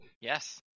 Yes